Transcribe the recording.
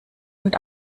und